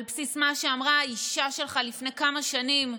על בסיס מה שאמרה האישה שלך לפני כמה שנים,